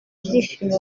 ibyishimo